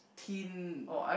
teen